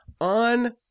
on